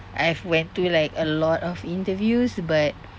I've went to like a lot of interviews but